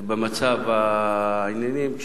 במצב העניינים הזה,